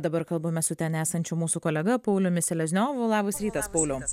dabar kalbame su ten esančiu mūsų kolega pauliumi selezniovu labas rytas pauliau